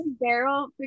barrel